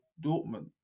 Dortmund